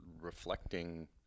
reflecting